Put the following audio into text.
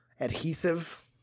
adhesive